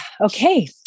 Okay